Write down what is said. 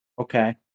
Okay